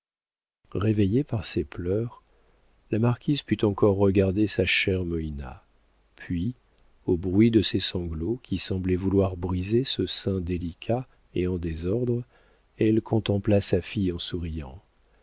réveillée par ces pleurs la marquise put encore regarder sa chère moïna puis au bruit de ses sanglots qui semblaient vouloir briser ce sein délicat et en désordre elle contempla sa fille en souriant